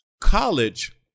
college